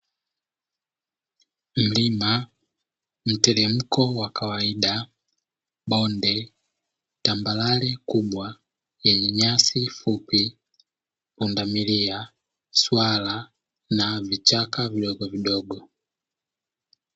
Mlima, mteremko wa kawaida, bonde, tambarare kubwa yenye nyasi fupi, punda milia, swala na vichaka vidogovidogo.